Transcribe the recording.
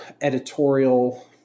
editorial